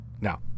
Now